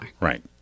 Right